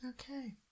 Okay